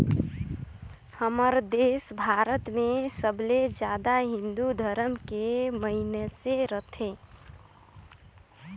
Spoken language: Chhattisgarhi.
हमर देस भारत मे सबले जादा हिन्दू धरम के मइनसे रथें